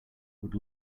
would